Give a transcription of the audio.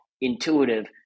intuitive